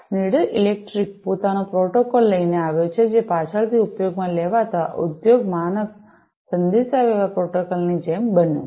Schneider Electric પોતાનો protocol લઈને આવ્યો જે પાછળથી ઉપયોગમાં લેવાતા ઉદ્યોગ માનક સંદેશાવ્યવહાર પ્રોટોકોલ ની જેમ બન્યો